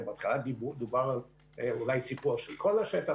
בהתחלה דובר על סיפוח של כל השטח